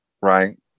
right